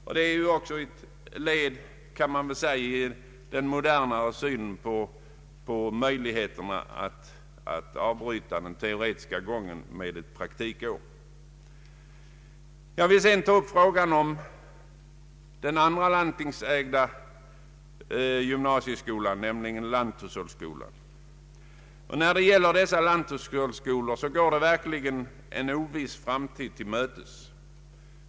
Detta är, kan man väl säga, ett led i den modernare synen på möjligheterna att avbryta den teoretiska skolgången med ett praktikår. Jag vill härefter ta upp frågan om den andra landstingsägda gymnasieskolan, nämligen lanthushållsskolan. Lanthushållsskolorna går verkligen en oviss framtid till mötes.